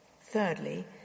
Thirdly